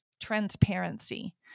transparency